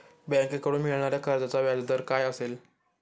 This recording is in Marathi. बँकेकडून मिळणाऱ्या कर्जाचा व्याजदर काय असेल?